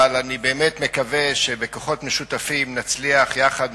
אבל אני באמת מקווה שבכוחות משותפים נצליח יחד,